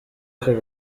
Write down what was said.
ako